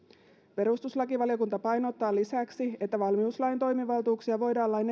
perustuslakivaliokunta painottaa lisäksi että valmiuslain toimivaltuuksia voidaan lain